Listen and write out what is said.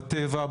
בטבע,